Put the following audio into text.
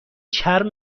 چرم